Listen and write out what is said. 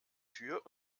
tür